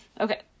Okay